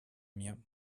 mir